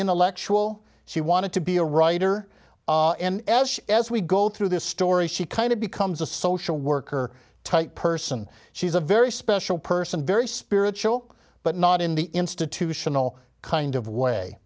intellectual she wanted to be a writer and as we go through this story she kind of becomes a social worker type person she's a very special person very spiritual but not in the institutional kind of way